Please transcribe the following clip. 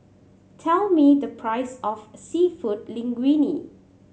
tell me the price of Seafood Linguine